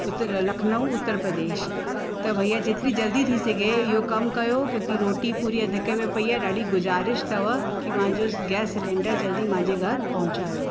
उत्तर लखनऊ उत्तर प्रदेश त भइया जेतिरी जल्दी थी सघे इहो कमु कयो क्युकि रोटी पूरी अधके में पई आहे ॾाढी गुजारिश अथव की मुंहिंजो गैस सिलैंडर जल्दी मुंहिंजे घरु पहुचायो